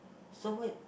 so weird